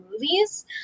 movies